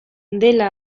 dela